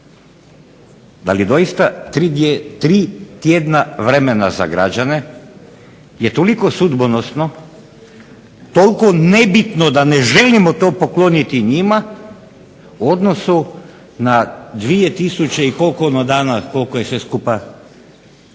da li je doista tri tjedna vremena za građane je toliko sudbonosno, toliko nebitno da ne želimo to pokloniti njima u odnosu na 2 tisuće dana koliko je sve skupa trajalo.